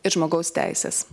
ir žmogaus teises